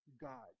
God